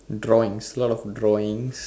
drawings lots of drawings